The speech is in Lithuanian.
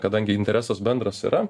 kadangi interesas bendras yra